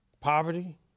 Poverty